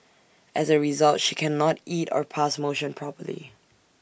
as A result she cannot eat or pass motion properly